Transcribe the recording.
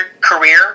career